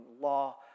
law